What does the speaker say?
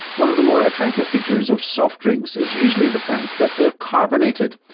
one of the more attractive features of soft drinks is usually the fact that they are carbonated,